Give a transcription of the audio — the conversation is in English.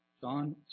John